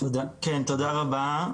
כן, תודה רבה.